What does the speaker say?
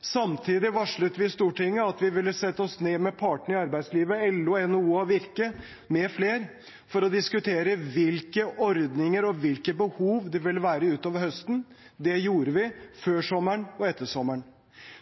Samtidig varslet vi Stortinget at vi ville sette oss ned med partene i arbeidslivet – LO, NHO og Virke mfl. – for å diskutere hvilke ordninger og hvilke behov det ville være utover høsten. Det gjorde vi før sommeren og etter sommeren.